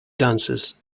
dances